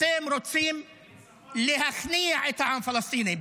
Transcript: אתם רוצים להכניע את העם הפלסטיני.